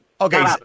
Okay